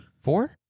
Four